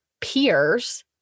peers